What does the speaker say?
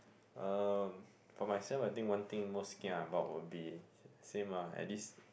um for myself I think one thing most kia about would be same ah at this